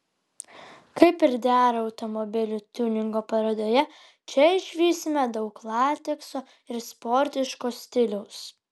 kaip ir dera automobilių tiuningo parodoje čia išvysime daug latekso ir sportiško stiliaus